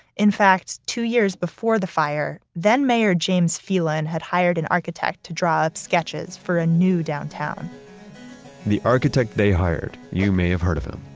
in fact, two years before the fire, then-mayor james phelan had hired an architect to drive sketches for a new downtown the architect they hired, you may have heard of him,